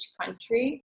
country